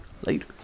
Later